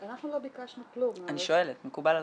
אנחנו לא ביקשנו כלום -- אני שואלת, מקובל עליכם?